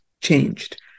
changed